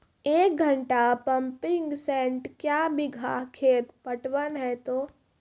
एक घंटा pumping set क्या बीघा खेत पटवन है तो?